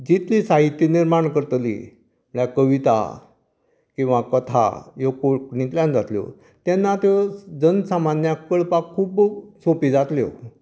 जितली साहित्य निर्माण करतली म्हळ्यार कविता किंवां कथा ह्यो कोंकणीतल्यान जातल्यो तेन्ना त्यो जन सामान्याक कळपाक खूब सोंप्यो जातल्यो